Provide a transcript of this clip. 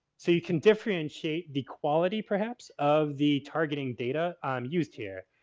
so, you can differentiate the quality, perhaps, of the targeting data um used here.